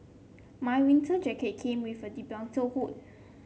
my winter jacket came with a hood